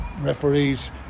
referees